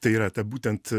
tai yra ta būtent